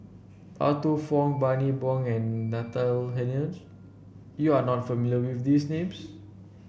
Arthur Fong Bani Buang and Natalie Hennedige you are not familiar with these names